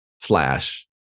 flash